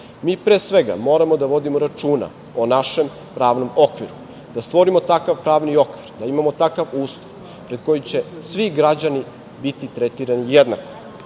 Mi, pre svega, moramo da vodimo računa o našem pravnom okviru, da stvorimo takav pravni okvir, da imamo takav Ustav pred kojim će svi građani biti tretirani jednako.